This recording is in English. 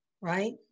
Right